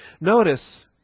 Notice